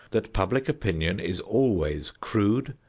that public opinion is always crude,